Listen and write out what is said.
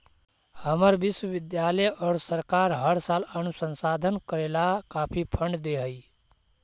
हमर विश्वविद्यालय को सरकार हर साल अनुसंधान करे ला काफी फंड दे हई